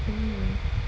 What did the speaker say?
mm